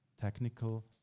technical